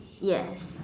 yes